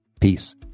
Peace